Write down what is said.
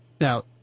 Now